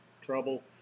trouble